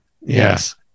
Yes